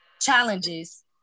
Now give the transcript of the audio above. challenges